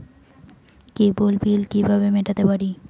কেবল bill কিভাবে মেটাতে পারি?